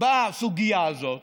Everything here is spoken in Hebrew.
בסוגיה הזאת